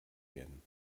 werden